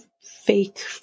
fake